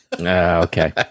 okay